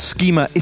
Schema